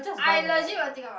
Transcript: i legit will will think about it